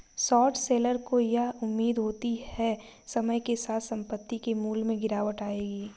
short seller को यह उम्मीद होती है समय के साथ संपत्ति के मूल्य में गिरावट आएगी